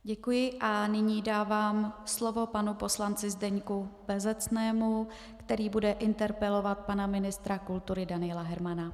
Děkuji a nyní dávám slovo panu poslanci Zdeňku Bezecnému, který bude interpelovat pana ministra kultury Daniela Hermana.